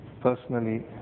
personally